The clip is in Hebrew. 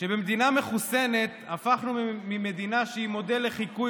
במדינה מחוסנת הפכנו ממדינה שהיא מודל לחיקוי